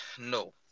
no